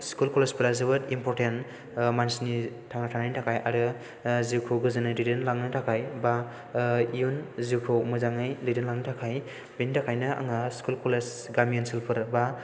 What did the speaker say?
school college फोरा जोबोद important मानसिनि थांना थानायनि थाखाय आरो जिउखौ गोजोनै दैदेनलांनो थाखाय एबा इयुन जिउखौ मोजाङै दैदेनलांनो थाखाय बेनिथाखायनो आङो स्कुल कलेज गामि ओनसोलफोर एबा